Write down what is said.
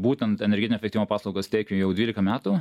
būtent energetinio efektyvumo paslaugas teikiam jau dvylika metų